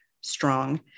strong